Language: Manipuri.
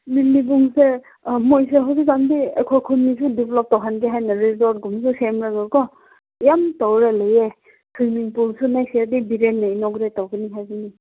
ꯂꯤꯂꯤꯕꯨꯡꯁꯦ ꯃꯈꯣꯏꯁꯨ ꯍꯧꯖꯤꯛꯀꯥꯟꯗꯤ ꯑꯩꯈꯣꯏ ꯈꯨꯟꯗꯁꯨ ꯗꯤꯕꯦꯂꯞ ꯇꯧꯍꯟꯒꯦ ꯍꯥꯏꯅ ꯔꯤꯁꯣꯔꯠꯀꯨꯝꯕꯁꯨ ꯁꯦꯝꯂꯒꯀꯣ ꯌꯥꯝ ꯇꯧꯔꯒ ꯂꯩꯌꯦ ꯁ꯭ꯋꯤꯝꯃꯤꯡ ꯄꯨꯜꯁꯨ ꯅꯦꯛꯁ ꯌꯥꯔꯗꯤ ꯕꯤꯔꯦꯟꯅ ꯏꯟꯅꯣꯒ꯭ꯔꯦꯠ ꯇꯧꯒꯅꯤ ꯍꯥꯏꯕꯅꯤ